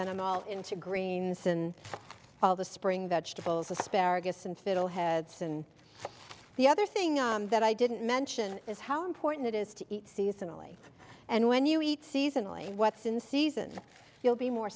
then i'm all into greens and all the spring vegetables asparagus and fiddleheads and the other thing that i didn't mention is how important it is to eat seasonally and when you eat seasonally what's in season you'll be more